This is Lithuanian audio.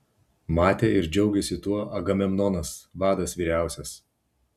matė ir džiaugėsi tuo agamemnonas vadas vyriausias